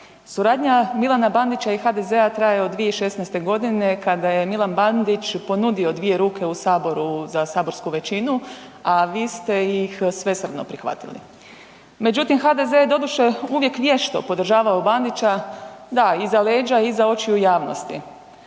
suradnja Milana Bandića i HDZ-a traje od 2016. godine kada je Milan Bandić ponudio 2 ruke u saboru za saborsku većinu, a vi ste ih svesrdno prihvatili. Međutim, HDZ je doduše uvijek vješto podržavao Bandića, da iza leđa, iza očiju javnosti,